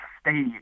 stay